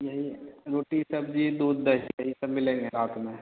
यही रोटी सब्जी दूध दही यही सब मिलेंगे रात में